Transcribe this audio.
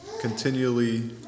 continually